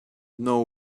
know